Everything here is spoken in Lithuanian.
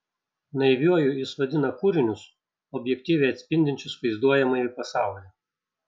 naiviuoju jis vadina kūrinius objektyviai atspindinčius vaizduojamąjį pasaulį